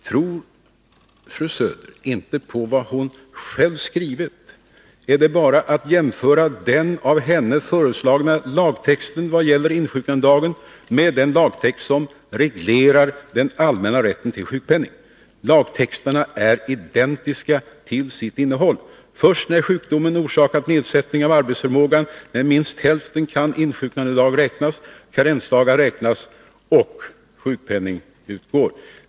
Tror fru Söder inte på vad hon själv skrivit, är det bara att jämföra den av henne föreslagna lagtexten vad gäller insjuknandedagen med den lagtext som reglerar den allmänna rätten till sjukpenning. Lagtexterna är identiska till sitt innehåll. Först när sjukdomen orsakat nedsättning av arbetsförmågan med minst hälften kan insjuknandedag räknas, karensdagar räknas och sjukpenning utgå.